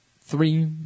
Three